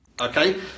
okay